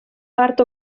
part